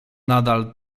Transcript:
nadal